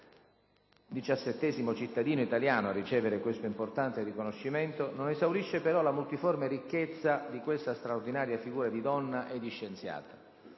(diciassettesimo cittadino italiano a ricevere tale importante riconoscimento), non esaurisce però la multiforme ricchezza di questa straordinaria figura di donna e di scienziata.